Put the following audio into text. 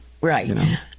Right